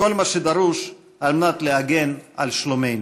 כל מה שדרוש על מנת להגן על שלומנו.